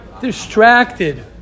distracted